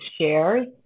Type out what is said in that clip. shares